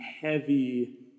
heavy